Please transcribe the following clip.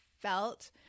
felt